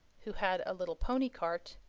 who had a little pony-cart,